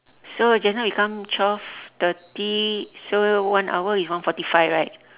so just now we come twelve thirty so one hour is one forty five right